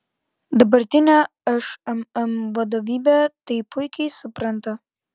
dabartinė šmm vadovybė tai puikiai supranta